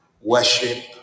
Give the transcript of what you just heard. worship